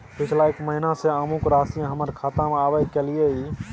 पिछला एक महीना म अमुक राशि हमर खाता में आबय कैलियै इ?